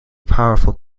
powerful